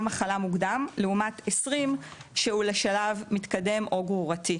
מחלה מוקדם לעומת 20% שהם לשלב מתקדם או גרורתי,